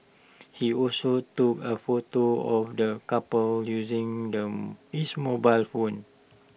he also took A photo of the couple using them his mobile phone